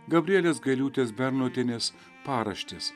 gabrielės gailiūtės bernotienės paraštės